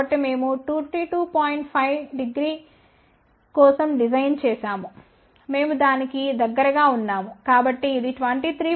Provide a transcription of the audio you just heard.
50 కోసం డిజైన్ చేశాము మేము దానికి దగ్గరగా ఉన్నాము కాబట్టి ఇది 23